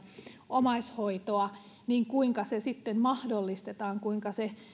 omaishoitoa niin kuinka se sitten mahdollistetaan kuinka se